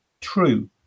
true